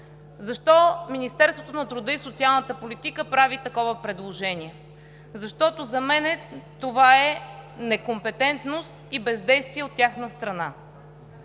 Защо Министерството на труда и социалната политика прави такова предложение? За мен това е некомпетентност и бездействие от тяхна страна.